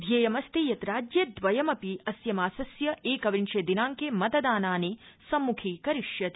ध्येयमस्ति यत् राज्यद्वयमपि अस्य मासस्य एकविंशे दिनांके मतदानानि सम्मुखीकरिष्यति